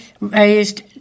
raised